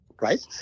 right